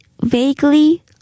Vaguely